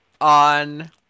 on